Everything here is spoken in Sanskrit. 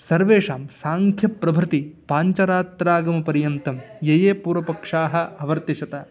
सर्वेषां साङ्ख्यप्रभृति पाञ्चरात्रागमपर्यन्तं ये ये पूर्वपक्षाः अवर्तिषत